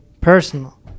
personal